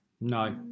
No